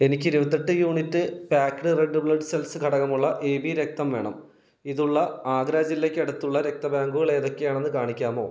എനിക്ക് ഇരുപത്തെട്ട് unit packed red blood cells ഘടകമുള്ള എ ബി രക്തം വേണം ഇതുള്ള ആഗ്ര ജില്ലയ്ക്ക് അടുത്തുള്ള രക്ത ബാങ്കുകൾ ഏതൊക്കെയാണെന്ന് കാണിക്കാമോ